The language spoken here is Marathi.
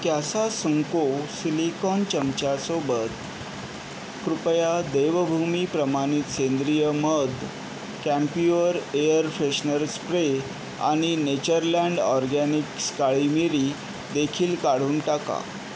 कॅसासुन्को सिलिकॉन चमच्यासोबत कृपया देवभूमी प्रमाणित सेंद्रिय मध कॅम्प्युअर एअर फ्रेशनर स्प्रे आणि नेचरलँड ऑर्गॅनिक्स काळी मिरीदेखील काढून टाका